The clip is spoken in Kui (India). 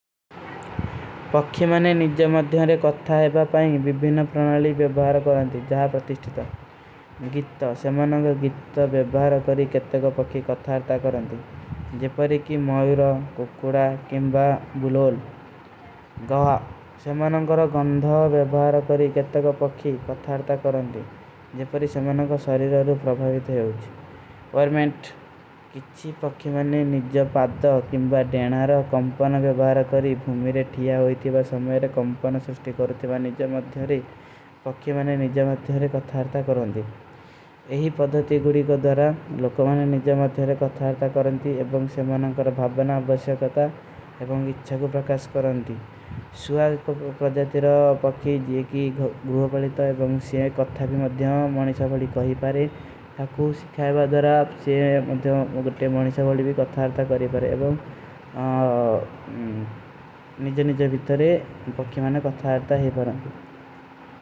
ପକ୍ଖୀ ମନେ ନିଜ୍ଯମାଦ୍ଯାରେ କଥା ହେବା ପାଇଂଗ ଵିଭୀନ ପ୍ରଣାଲୀ ଵେଭାର କରଂଦୀ, ଜହାଃ ପ୍ରତିଷ୍ଟିତା। ଗିତ୍ତୋ, ସେମନଂଗ ଗିତ୍ତୋ ଵେଭାର କରୀ କେତକୋ ପକ୍ଖୀ କଥାର୍ଥା କରଂଦୀ, ଜେପରୀ କୀ ମୈରୋ, କୁକୁଡା, କେମବା ଗୁଲୋଲ। ଗହା, ସେମନଂଗ କରୋ ଗନ୍ଧୋ ଵେଭାର କରୀ କେତକୋ ପକ୍ଖୀ କଥାର୍ଥା କରଂଦୀ, ଜେପରୀ ସେମନଂଗ କୋ ସରୀରାରୋ ପ୍ରଭାଵିତ ହୈ। କିଛୀ ପକ୍ଖୀ ମନେ ନିଜଵ ପାଦ୍ଧୋ, କିମବା ଡେନାରୋ, କମପଣ ଵେଭାର କରୀ, ଭୁମୀରେ ଠୀଯା ହୋଈତୀ ଵା ସମଯରେ କମପଣ ସୁଷ୍ଟୀ କରୂତୀ ଵା ନିଜଵ ମଦ୍ଧୋରୀ। ପକ୍ଖୀ ମନେ ନିଜଵ ମଦ୍ଧୋରୀ କଥାର୍ଥା କରଂଦୀ। ଏହୀ ପଦ୍ଧୋତୀ ଗୁରୀ କୋ ଦୋରା, ଲୋକୋ ମନେ ନିଜଵ ମଦ୍ଧୋରୀ କଥାର୍ଥା କରଂଦୀ, ଏବଂଗ ସେମନଂଗ କର ଭାଵବନା। ବସ୍ଯା କଥା, ଏବଂଗ ଇଚ୍ଛା କୋ ପ୍ରକାସ କରଂଦୀ। ସୁଆ ପକ୍ଖୀ ଜୀଏ କୀ ଗୁରୁଵା ପଲେ ତୋ, ଏବଂଗ ସେମନଂଗ କଥା ପୀ ମଦ୍ଧୋରୀ ମନେ ନିଜଵ ମଦ୍ଧୋରୀ କହୀ ପାରେ। ତାକୁ ସିଖାଯବା ଦୋରା, ସେମନଂଗ ମୁଝେ ମନେ ନିଜଵ ମଦ୍ଧୋରୀ ପୀ କଥାର୍ଥା କରେ ପାରେ, ଏବଂଗ ନିଜଵ ନିଜଵ ଵିତରେ ପକ୍ଖୀ ମନେ କଥାର୍ଥା ହେ ପାର କରତେ ହୈଂ।